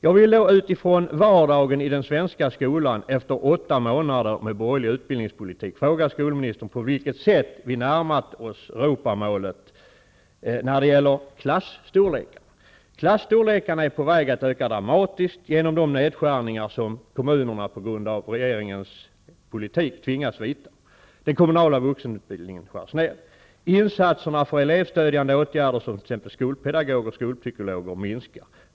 Jag vill utifrån vardagen i den svenska skolan efter åtta månader med borgerlig regeringspolitik fråga skolministern på vilket sätt vi närmat oss Europamålet när det gäller klasstorlekar. Storleken på klasserna är på väg att öka dramatiskt genom de nedskärningar som kommunerna på grund av regeringens politik tvingas vidta, och den kommunala vuxenutbildningen skärs ned.